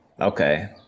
Okay